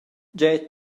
gie